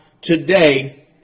today